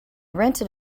rented